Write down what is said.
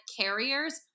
carriers